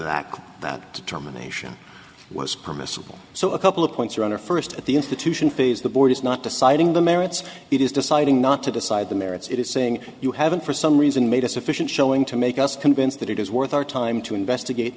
whether that determination was permissible so a couple of points around or first at the institution phase the board is not deciding the merits it is deciding not to decide the merits it is saying you haven't for some reason made a sufficient showing to make us convinced that it is worth our time to investigate